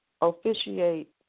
officiate